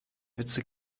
witze